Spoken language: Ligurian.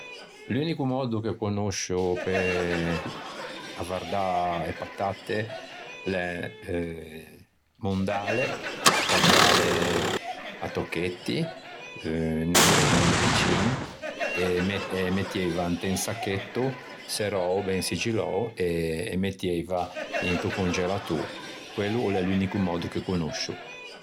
L'unico mòddo che conoscio pe avvardâ e patatte l'é eh mondâle, taggiâle à tocchetti né grendi né piccin, e mettieiva inte un sacchetto serrou, ben sigillou, e e mettieiva into congelatô. Quello o l'é l'unico mòddo che conoscio